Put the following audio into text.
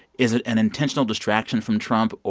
is it an intentional distraction from trump?